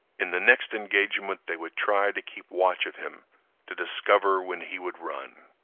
in the next engagement they would try to keep watch of him to discover when he would run.